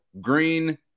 green